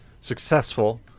successful